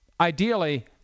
ideally